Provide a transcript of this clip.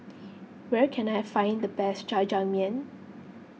where can I find the best Jajangmyeon